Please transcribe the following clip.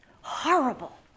horrible